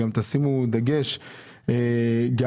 תשימו דגש גם